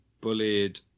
bullied